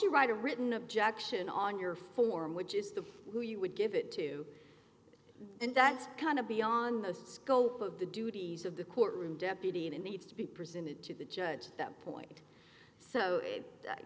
write a written objection on your form which is the who you would give it to and that's kind of beyond the scope of the duties of the court room deputy and it needs to be presented to the judge at that point so